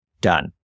done